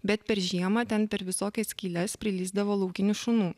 bet per žiemą ten per visokias skyles prilįsdavo laukinių šunų